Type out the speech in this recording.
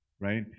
right